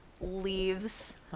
leaves